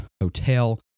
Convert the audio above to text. hotel